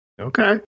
Okay